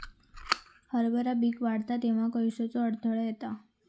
हरभरा पीक वाढता तेव्हा कश्याचो अडथलो येता?